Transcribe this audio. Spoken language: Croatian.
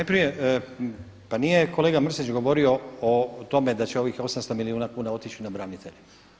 Najprije pa nije kolega Mrsić govorio o tome da će ovih 800 milijuna kuna otići na branitelje.